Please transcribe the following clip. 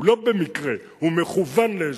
הוא לא במקרה, הוא מכוון לאזרחים,